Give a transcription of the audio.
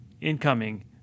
incoming